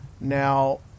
now